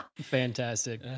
Fantastic